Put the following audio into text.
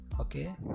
okay